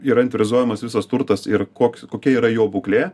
yra inventorizuojamas visas turtas ir koks kokia yra jo būklė